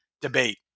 debate